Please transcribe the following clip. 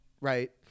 right